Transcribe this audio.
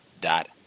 dot